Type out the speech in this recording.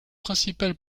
principal